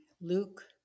Luke